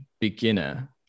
beginner